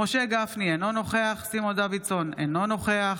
משה גפני, אינו נוכח סימון דוידסון, אינו נוכח